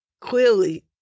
Clearly